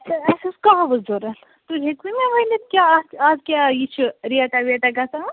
تہٕ اَسہِ اوس کہوٕ ضوٚرت تُہۍ ہیٚکوٕ مےٚ ؤنِتھ کیٛاہ اَتھ آز کیٛاہ یہِ چھِ ریٹا ویٹا گَژھان اَتھ